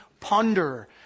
ponder